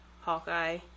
Hawkeye